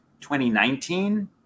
2019